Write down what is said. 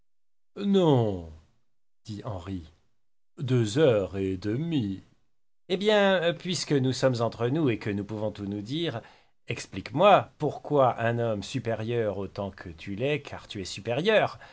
henri deux heures et demie eh bien puisque nous sommes entre nous et que nous pouvons tout nous dire explique-moi pourquoi un homme supérieur autant que tu l'es car tu es supérieur